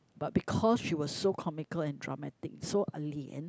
but because she was so comical and dramatic so Ah Lian